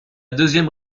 deuxième